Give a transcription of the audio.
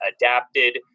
adapted